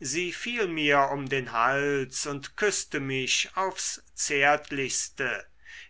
sie fiel mir um den hals und küßte mich aufs zärtlichste